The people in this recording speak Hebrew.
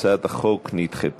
הצעת החוק נדחתה.